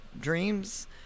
dreams